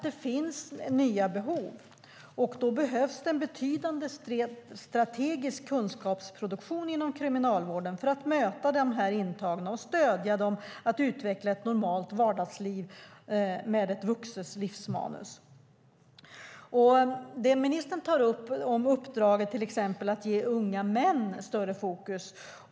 Det finns nya behov, och då behövs en betydande strategisk kunskapsproduktion inom Kriminalvården för att möta dessa intagna och stödja dem att utveckla ett normalt vardagsliv med ett vuxet livsmanus. Ministern tar upp uppdraget att ge unga män större fokus.